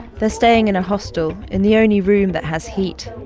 they're staying in a hostel in the only room that has heat.